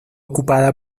ocupada